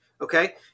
Okay